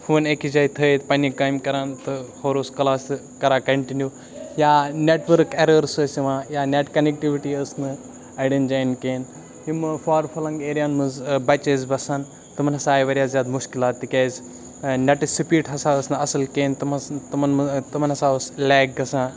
phone أکِس جایہِ تھٲیتھ پنٛنہِ کامہِ کَران تہٕ ہورٕ اوس کَلاسہٕ کَران کَنٹِنیوٗ یا نٮ۪ٹ ؤرٕک اٮ۪رٲرٕس ٲسۍ یِوان یا نٮ۪ٹ کَنٮ۪کٹِوِٹی ٲس نہٕ اَڈٮ۪ن جایَن کِہیٖنۍ یِم فارفٕلںٛگ ایریاہَن منٛز بَچہِ ٲسۍ بَسان تِمَن ہَسا آے واریاہ زیادٕ مُشکلات تِکیٛازِ نٮ۪ٹٕچ سپیٖڈ ہَسا ٲس نہٕ اَصٕل کِہیٖنۍ تِم ٲس تِمَن نہٕ تِمَن ہَسا اوس لیک گژھان